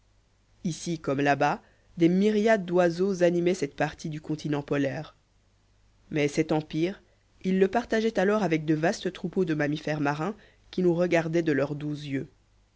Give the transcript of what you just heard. ici comme là-bas des myriades d'oiseaux animaient cette partie du continent polaire mais cet empire ils le partageaient alors avec de vastes troupeaux de mammifères marins qui nous regardaient de leurs doux yeux